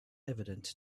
evident